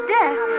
death